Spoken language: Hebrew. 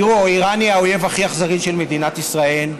תראו, איראן היא האויב הכי אכזרי של מדינת ישראל,